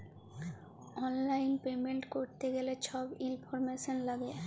অললাইল পেমেল্ট ক্যরতে গ্যালে ছব ইলফরম্যাসল ল্যাগে